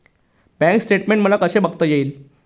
Bank statement मला कसे बघता येईल?